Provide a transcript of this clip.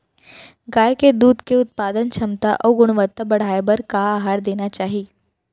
गाय के दूध के उत्पादन क्षमता अऊ गुणवत्ता बढ़ाये बर का आहार देना चाही?